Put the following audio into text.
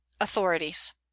authorities